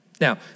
Now